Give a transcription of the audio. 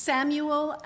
Samuel